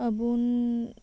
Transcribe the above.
ᱟᱹᱵᱩᱱ